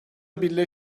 birileri